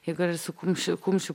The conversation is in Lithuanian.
igoris su kumščiu kumščiu